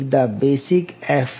एकदा basic F